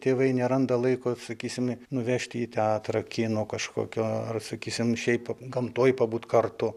tėvai neranda laiko sakysime nuvežti į teatrą kino kažkokio ar sakysim šiaip gamtoj pabūt kartu